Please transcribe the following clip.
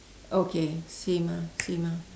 okay same ah same ah